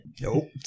Nope